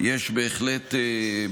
שבהיבט הזה יש בהחלט מקום